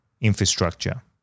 infrastructure